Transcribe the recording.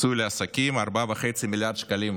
לפיצוי לעסקים, 4.5 מיליארד שקלים